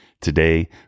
Today